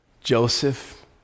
Joseph